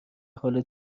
حال